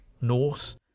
Norse